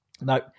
No